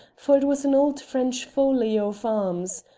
for it was an old french folio of arms,